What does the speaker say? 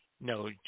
No